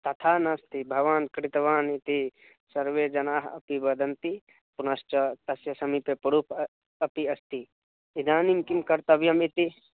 तथा नास्ति भवान् कृतवानिति सर्वे जनाः अपि वदन्ति पुनश्च तस्य समीपे प्रूप् अपि अस्ति इदानीं किं कर्तव्यम् इति